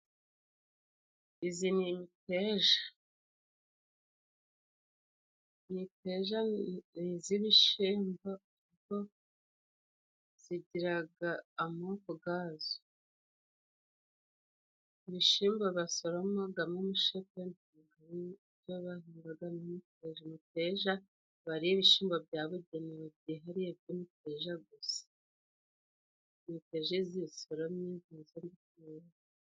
Iyi ni imiteja, imiteja y'ibishyimbo igira amoko yayo. Ibishyimbo basoromamo imisogwe ntabwo ari yo bahingamo imiteja. Imiteja iba ari ibishyimbo byabugenewe byihariye by'imiteja gusa. Imiteja iyo uyisoromye...